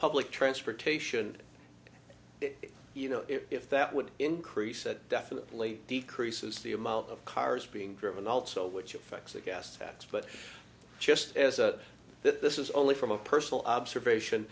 public transportation you know if that would increase it definitely decreases the amount of cars being driven also which affects the gas tax but just as a this is only from a personal observation